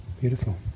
Beautiful